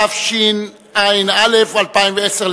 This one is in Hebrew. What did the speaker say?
התשע"א 2010,